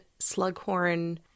Slughorn